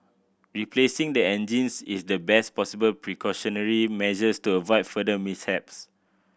replacing the engines is the best possible precautionary measures to avoid further mishaps